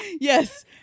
Yes